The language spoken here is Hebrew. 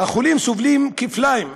החולים סובלים כפליים: